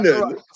right